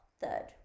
Third